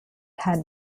had